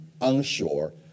onshore